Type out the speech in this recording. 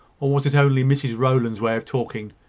or was it only mrs rowland's way of talking,